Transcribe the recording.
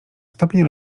stopień